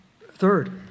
Third